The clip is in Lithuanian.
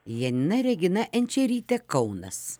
janina regina enčerytė kaunas